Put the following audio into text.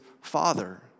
father